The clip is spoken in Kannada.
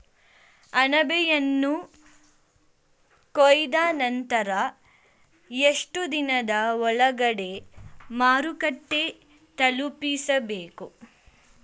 ಅಣಬೆಯನ್ನು ಕೊಯ್ದ ನಂತರ ಎಷ್ಟುದಿನದ ಒಳಗಡೆ ಮಾರುಕಟ್ಟೆ ತಲುಪಿಸಬೇಕು?